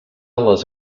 les